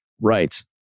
Right